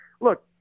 Look